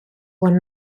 one